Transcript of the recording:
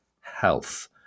health